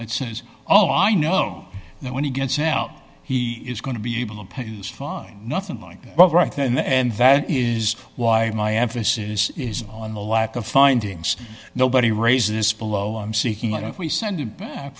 that says oh i know that when he gets out he is going to be able to pay his fine nothing like that but right then and that is why my emphasis is on the lack of findings nobody raises below i'm seeking what if we send him back